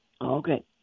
Okay